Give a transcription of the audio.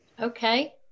Okay